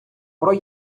про